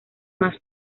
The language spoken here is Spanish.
más